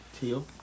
Teal